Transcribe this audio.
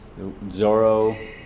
Zorro